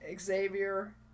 Xavier